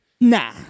Nah